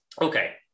Okay